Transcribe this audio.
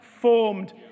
formed